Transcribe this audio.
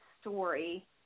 story